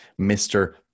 Mr